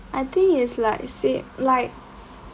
I think it's like say like